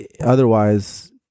otherwise